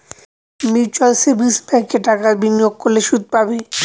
mutual savings ব্যাঙ্কে টাকা বিনিয়োগ করলে সুদ পাবে